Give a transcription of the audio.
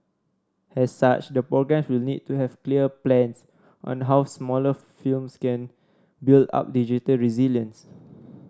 as such the programme will need to have clear plans on how smaller firms can build up digital resilience